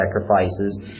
sacrifices